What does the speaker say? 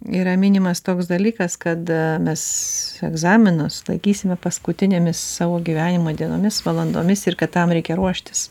yra minimas toks dalykas kad mes egzaminus laikysime paskutinėmis savo gyvenimo dienomis valandomis ir kad tam reikia ruoštis